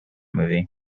movie